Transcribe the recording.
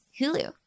Hulu